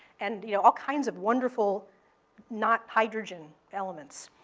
and you know all kinds of wonderful not-hydrogen elements.